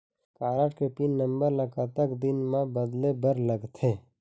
Card के pin number ला कतक दिन म बदले बर लगथे?